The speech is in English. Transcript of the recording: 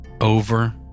over